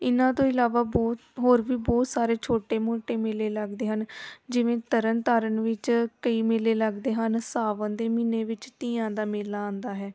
ਇਨ੍ਹਾਂ ਤੋਂ ਇਲਾਵਾ ਬੋ ਹੋਰ ਵੀ ਬਹੁਤ ਸਾਰੇ ਛੋਟੇ ਮੋਟੇ ਮੇਲੇ ਲੱਗਦੇ ਹਨ ਜਿਵੇਂ ਤਰਨਤਾਰਨ ਵਿੱਚ ਕਈ ਮੇਲੇ ਲੱਗਦੇ ਹਨ ਸਾਵਣ ਦੇ ਮਹੀਨੇ ਵਿੱਚ ਧੀਆਂ ਦਾ ਮੇਲਾ ਆਉਂਦਾ ਹੈ